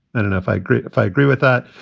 then and if i agree, if i agree with that.